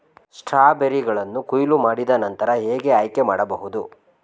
ಸ್ಟ್ರಾಬೆರಿಗಳನ್ನು ಕೊಯ್ಲು ಮಾಡಿದ ನಂತರ ಹೇಗೆ ಆಯ್ಕೆ ಮಾಡಬಹುದು?